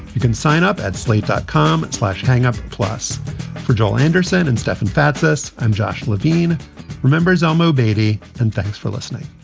you can sign up at slate dot com slash hang up plus for joel anderson and stefan fatsis. i'm josh levine remembers olmo obeidy and thanks for listening